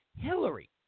Hillary